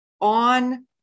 on